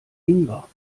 ingwer